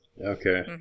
Okay